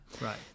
Right